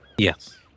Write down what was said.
Yes